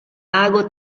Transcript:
lago